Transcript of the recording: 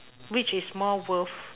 which is more worth